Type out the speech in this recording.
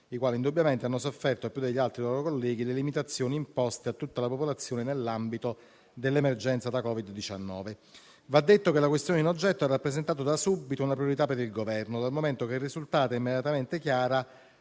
i quali indubbiamente hanno sofferto più degli altri loro colleghi le limitazioni imposte a tutta la popolazione nell'ambito dell'emergenza Covid-19. Va detto che la questione in oggetto ha rappresentato da subito una priorità del Governo dal momento che è risultata immediatamente chiara